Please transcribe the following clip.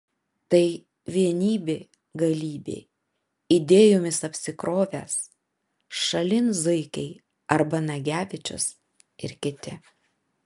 tai vienybė galybė idėjomis apsikrovęs šalin zuikiai arba nagevičius ir kiti